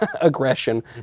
aggression